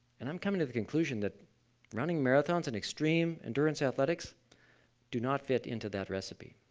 and i'm coming to the conclusion that running marathons and extreme endurance athletics do not fit into that recipe.